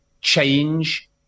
change